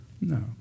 No